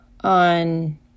on